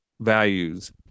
values